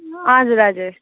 हजुर हजुर